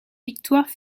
victoires